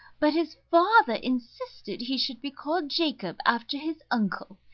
but his father insisted he should be called jacob after his uncle.